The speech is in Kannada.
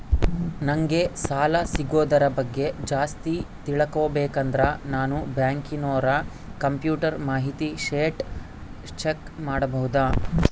ನಂಗೆ ಸಾಲ ಸಿಗೋದರ ಬಗ್ಗೆ ಜಾಸ್ತಿ ತಿಳಕೋಬೇಕಂದ್ರ ನಾನು ಬ್ಯಾಂಕಿನೋರ ಕಂಪ್ಯೂಟರ್ ಮಾಹಿತಿ ಶೇಟ್ ಚೆಕ್ ಮಾಡಬಹುದಾ?